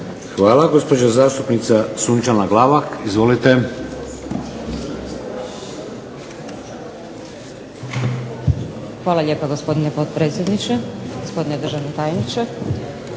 Hvala. Gospođa zastupnica Sunčana Glavak. Izvolite. **Glavak, Sunčana (HDZ)** Hvala lijepa, gospodine potpredsjedniče. Gospodine državni tajniče.